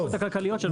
עזוב.